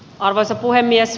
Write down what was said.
arvoisa puhemies